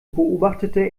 beobachtete